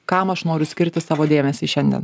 kam aš noriu skirti savo dėmesį šiandien